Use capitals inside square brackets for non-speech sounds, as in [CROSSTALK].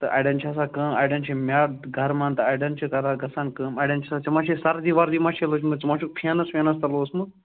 تہٕ اَڑٮ۪ن چھِ آسان کٲم اَڑٮ۪ن چھِ میٛادٕ گَرمان تہٕ اَڑٮ۪ن چھِ [UNINTELLIGIBLE] گَژھان کٲم اَڑٮ۪ن چھِ آسان ژےٚ ما چھے سردی وردی ما چھے لٔجمٕژ ژٕ ما چھُکھ فینس وینس تل اوسمُت